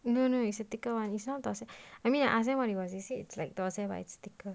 no no it's a thicker one it's one of thosai I mean I ask them what it was they say it was like thosai but it was thicker